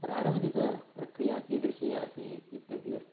प्रारम्भिकप्रक्रिया कीदृशी आसीत् इत्यपि अस्ति